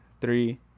three